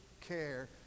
care